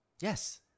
yes